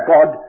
God